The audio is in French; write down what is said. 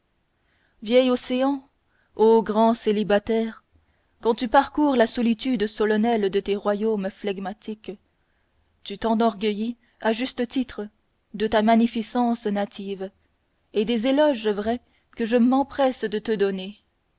vieil océan ô grand célibataire quand tu parcours la solitude solennelle de tes royaumes flegmatiques tu t'enorgueillis à juste titre de ta magnificence native et des éloges vrais que je m'empresse de te donner